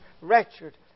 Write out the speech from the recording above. wretched